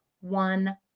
one